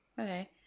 Okay